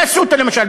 ב"אסותא" למשל,